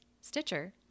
Stitcher